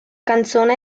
canzone